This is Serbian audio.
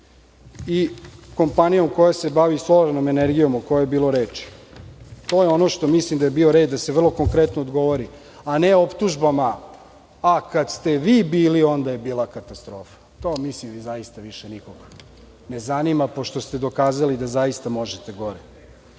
i kompanijom koja se bavi solarnom energijom o kojoj je bilo reči? To je ono za šta mislim da je red da se vrlo konkretno odgovori, a ne optužbama – a, kada ste vi bili onda je bila katastrofa. To mislim da više nikog ne zanima pošto ste se dokazali da zaista možete